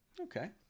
Okay